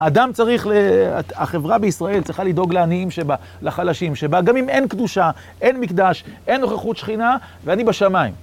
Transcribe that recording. אדם צריך ל..., החברה בישראל צריכה לדאוג לעניים שבה, לחלשים שבה, גם אם אין קדושה, אין מקדש, אין נוכחות שכינה ואני בשמיים.